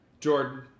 Jordan